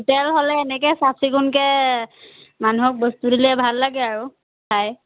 hotel হ'লে এনেকে চাফ চিকুণকে মানুহক বস্তু দিলে ভাল লাগে আৰু খাই